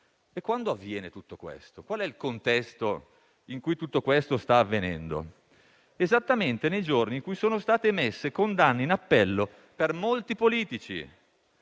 Quando avviene tutto questo? Qual è il contesto in cui tutto questo sta avvenendo? Esattamente nei giorni in cui sono state emesse condanne in appello per molti politici.